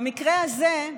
במקרה הזה,